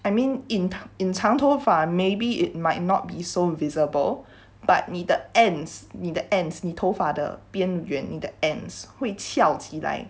I mean in in 长头发 maybe it might not be so visible but 你的 ends 你的 the ends 你头发的边缘 the ends 会翘起来